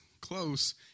close